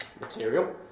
material